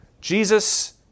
Jesus